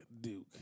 Duke